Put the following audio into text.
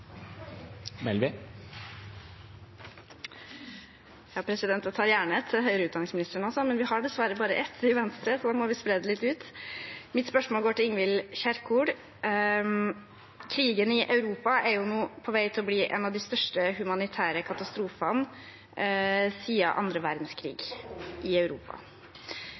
Jeg stiller gjerne et spørsmål til høyere utdanningsministeren også, men vi har dessverre bare ett i Venstre, så da må vi spre det litt ut. Mitt spørsmål går til Ingvild Kjerkol: Krigen i Europa er nå på vei til å bli en av de største humanitære katastrofene siden annen verdenskrig i Europa.